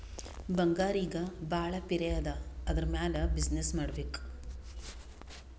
ಬಂಗಾರ್ ಈಗ ಭಾಳ ಪಿರೆ ಅದಾ ಅದುರ್ ಮ್ಯಾಲ ಬಿಸಿನ್ನೆಸ್ ಮಾಡ್ಬೇಕ್